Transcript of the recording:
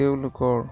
তেওঁলোকৰ